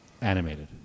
Animated